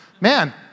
man